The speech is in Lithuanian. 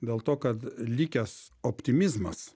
dėl to kad likęs optimizmas